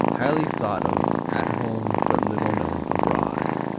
highly thought of at home but little known abroad.